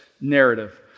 narrative